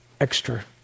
extra